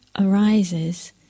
arises